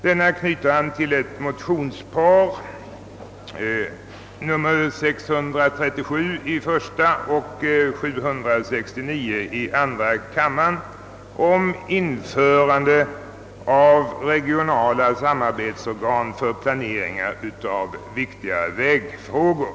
Denna reservation knyter an till motionsparet I:637 och II: 769 om inrättande av regionala samarbetsorgan för planeringar av viktiga vägfrågor.